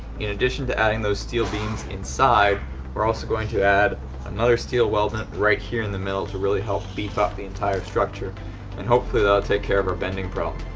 in addition to adding those steel beams inside were also going to add another steel weldment right here in the middle. to really help beef up the entire structure and hopefully that'l take care of our bending problem.